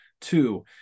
two